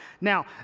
Now